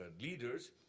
leaders